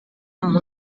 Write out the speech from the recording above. amb